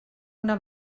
una